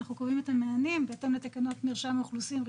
אנחנו קובעים את רישום המענים בהתאם לתקנות מרשם האוכלוסין.